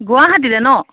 গুৱাহাটীলৈ ন